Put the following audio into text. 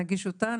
נגיש אותה,